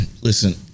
Listen